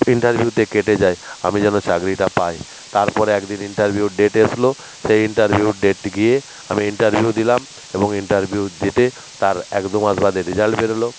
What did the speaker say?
ইন্টারভিউতে কেটে যাই আমি যেন চাকরিটা পাই তারপরে এক দিন ইন্টারভিউর ডেট আসলো সেই ইন্টারভিউর ডেট গিয়ে আমি ইন্টারভিউ দিলাম এবং ইন্টারভিউ দিতে তার এক দু মাস বাদে রেজাল্ট বেরোলো